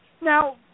Now